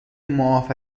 معاف